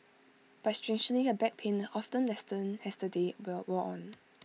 but strangely her back pain often lessened as the day will wore on